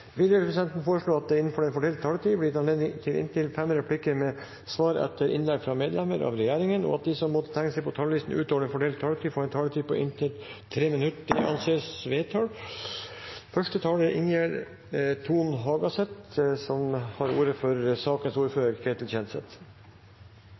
Videre vil presidenten foreslå at det – innenfor den fordelte taletid – blir gitt anledning til inntil fem replikker med svar etter innlegg fra medlemmer av regjeringen, og at de som måtte tegne seg på talerlisten utover den fordelte taletid, får en taletid på inntil 3 minutter. – Det anses vedtatt. Først vil eg takka forslagsstillarane frå Arbeidarpartiet som har